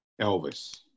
Elvis